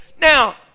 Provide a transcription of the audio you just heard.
Now